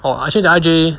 orh I change to R_J